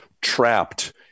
trapped